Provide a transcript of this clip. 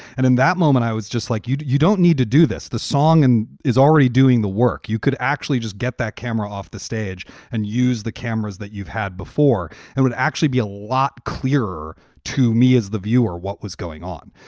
and in that moment, i was just like, you you don't need to do this. the song and is already doing the work. you could actually just get that camera off the stage and use the cameras that you've had before and would actually be a lot clearer to me as the viewer what was going on.